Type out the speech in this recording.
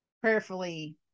Prayerfully